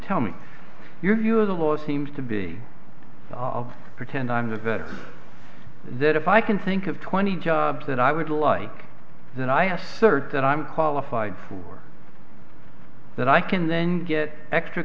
tell me your view of the law seems to be so i'll pretend i'm the veteran that if i can think of twenty jobs that i would like that i asked third that i'm qualified for that i can then get extra